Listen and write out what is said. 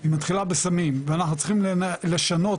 היא מתחילה בסמים ואנחנו צריכים לשנות,